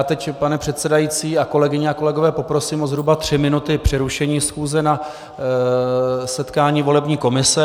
Teď, pane předsedající a kolegyně a kolegové, poprosím o zhruba tři minuty přerušení schůze na setkání volební komise.